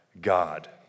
God